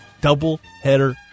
double-header